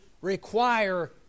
require